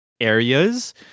areas